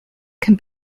can